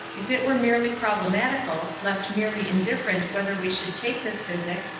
if it were merely problematical, left merely indifferent whether we should take this physic,